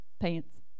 Pants